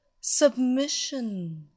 Submission